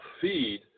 feed